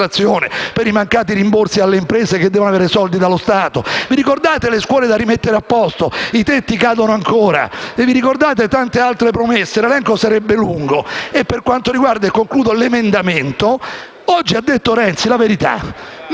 per i mancati rimborsi alle imprese che devono aver soldi dallo Stato. Ve le ricordate le scuole da rimettere a posto? I tetti cadono ancora. Ricordate tante altre promesse? L'elenco sarebbe lungo e, per quanto riguarda l'emendamento, oggi Renzi ha detto la verità: «Ma come?